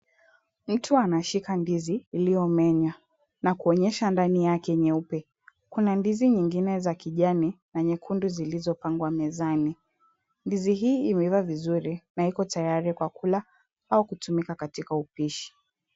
Mtu anashika ndizi uliomenya, na kuonyesha ndani yake nyeupe. Kuna ndizi nyingine za kijani, na nyekundu zilizopangwa mezani. Ndizi hii imevaa vizuri, na iko tayari kwa kula au kutumika katika upishi.